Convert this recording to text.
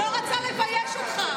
הוא לא רצה לבייש אותך,